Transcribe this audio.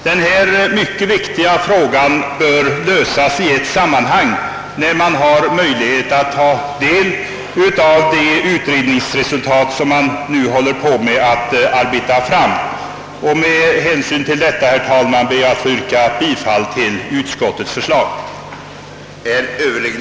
Dessa mycket viktiga frågor bör lösas i ett sammanhang när man har möjlighet att ta del av de utredningsresultat som nu håller på att arbetas fram. Med hänsyn till detta, herr talman, ber jag att få yrka bifall till utskottets hemställan.